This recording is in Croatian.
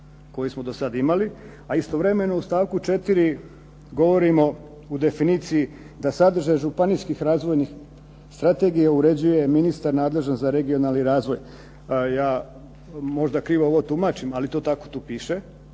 koji smo do sada imali. A istovremeno u stavku 4. govorimo o definiciji da sadržaji županijskih razvojnih strategija uređuje ministar nadležan za regionalni razvoj. Ja možda ovo krivo tumačim, ali to tako tu piše.